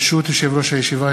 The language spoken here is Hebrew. ברשות יושב-ראש הישיבה,